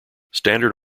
standard